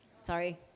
Sorry